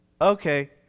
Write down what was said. okay